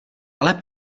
ale